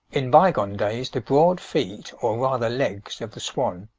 in bygone days the broad feet, or rather legs, of the swan,